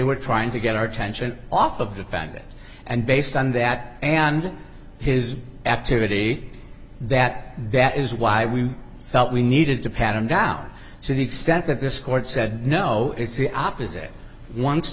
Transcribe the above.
were trying to get our attention off of the fact that and based on that and his activity that that is why we felt we needed to pat him down to the extent that this court said no it's the opposite once